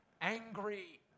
angry